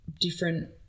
different